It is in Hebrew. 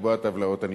לקבוע טבלאות ענישה.